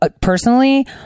personally